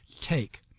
take